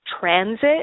transit